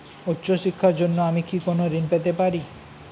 উচ্চশিক্ষার জন্য আমি কি কোনো ঋণ পেতে পারি?